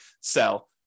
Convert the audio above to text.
sell